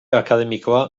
akademikoa